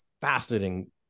fascinating